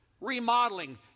remodeling